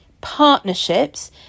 partnerships